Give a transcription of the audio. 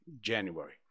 January